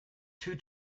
two